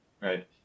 right